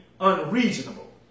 unreasonable